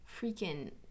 freaking